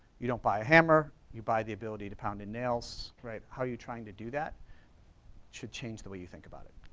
you don't buy a hammer, you buy the ability to pound in nails, right? how are you trying to do that should change the way you think about it.